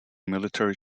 military